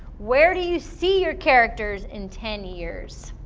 where do you see your characters in ten years?